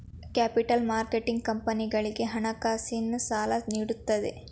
capital marketing ಕಂಪನಿಗಳಿಗೆ ಹಣಕಾಸಿನ ಸಾಲ ನೀಡುತ್ತದೆ